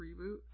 reboot